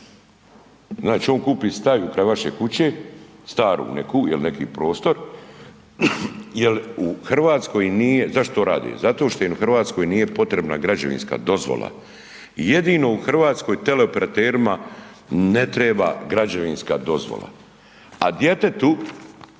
Znači on kupi staju kraj vaše kuće, staru neku, jel neki prostor, jer u Hrvatskoj nije, zašto to rade?, zato što im u Hrvatskoj nije potrebna građevinska dozvola. I jedino u Hrvatskoj teleoperaterima ne treba građevinska dozvola. A djetetu,